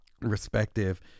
respective